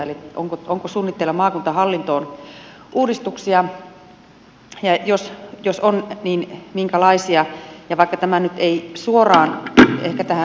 eli onko suunnitteilla maakuntahallintoon uudistuksia ja jos on niin minkälaisia ja vaikka tämä nyt ei suoraan vetää